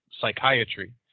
psychiatry